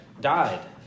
died